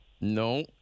No